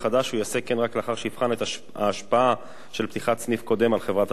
הוא יעשה כן לאחר שיבחן את ההשפעה של פתיחת סניף קודם על חברת הדואר.